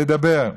לדבר,